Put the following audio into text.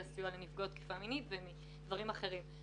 הסיוע לנפגעות תקיפה מינית ומברים אחרים.